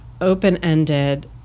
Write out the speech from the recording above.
open-ended